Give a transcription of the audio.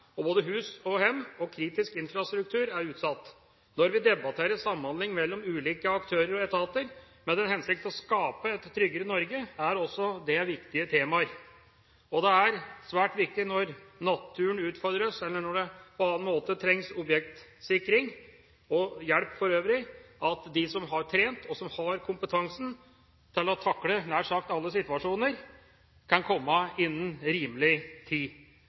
og både hus, hjem og kritisk infrastruktur er utsatt. Når vi debatterer samhandling mellom ulike aktører og etater i den hensikt å skape et tryggere Norge, er også dette viktige temaer. Det er svært viktig når naturen utfordrer oss, eller når det på annen måte trengs objektsikring og hjelp for øvrig, at de som har trent, og som har kompetanse til å takle nær sagt alle situasjoner, kan komme innen rimelig tid.